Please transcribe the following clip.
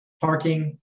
parking